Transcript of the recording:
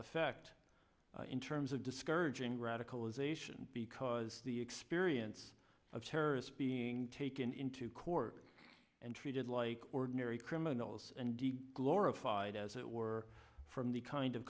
effect in terms of discouraging radicalization because the experience of terrorists being taken into court and treated like ordinary criminals and be glorified as it were from the kind of